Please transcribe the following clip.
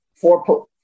four